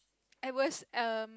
it was um